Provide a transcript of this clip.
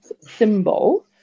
symbol